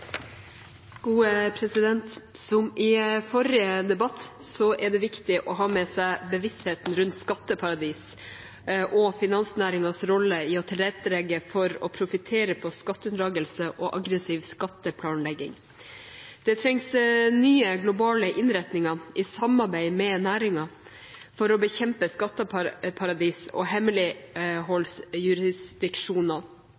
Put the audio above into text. det viktig å ha med seg bevisstheten rundt skatteparadiser og finansnæringens rolle i å tilrettelegge for å profittere på skatteunndragelse og aggressiv skatteplanlegging. Det trengs nye globale innretninger i samarbeid med næringen for å bekjempe skatteparadiser og